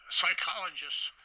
psychologists